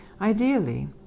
Ideally